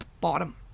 bottom